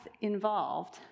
involved